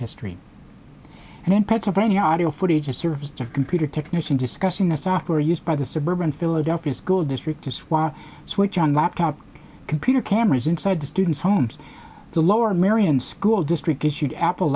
history and in pennsylvania audio footage of service to a computer technician discussing the software used by the suburban philadelphia school district to swat switch on laptop computer cameras inside the students homes the lower merion school district issued apple